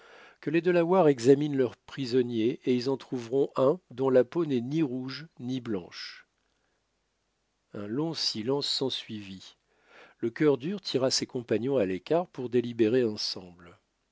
que les delawares examinent leurs prisonniers et ils en trouveront un dont la peau n'est ni rouge ni blanche un long silence s'ensuivit le cœur dur tira ses compagnons à l'écart pour délibérer ensemble